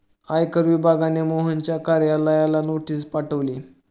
आयकर विभागाने मोहनच्या कार्यालयाला नोटीस पाठवली